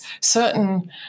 certain